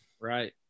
Right